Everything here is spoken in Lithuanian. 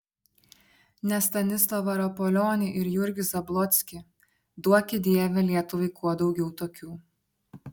ne stanislovą rapolionį ir jurgį zablockį duoki dieve lietuvai kuo daugiau tokių